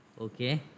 Okay